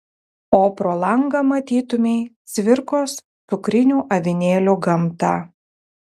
o pro langą matytumei cvirkos cukrinių avinėlių gamtą